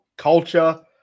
Culture